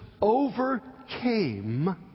overcame